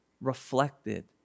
reflected